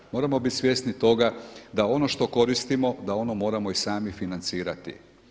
Mora moramo biti svjesni toga da ono što koristimo da ono moramo i sami financirati.